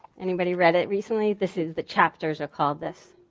anybody read it recently? this is the chapter's are called this.